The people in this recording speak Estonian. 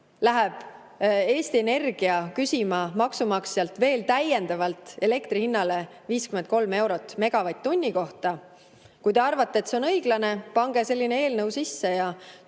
läheb Eesti Energia küsima maksumaksjalt veel täiendavalt elektri hinnale 53 eurot megavatt-tunni kohta, [pole õiglane]. Kui te arvate, et see on õiglane, siis andke selline eelnõu sisse ja